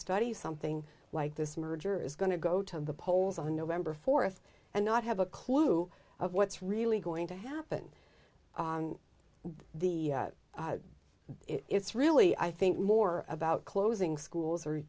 study something like this merger is going to go to the polls on november fourth and not have a clue of what's really going to happen the it's really i think more about closing schools or